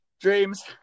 Dreams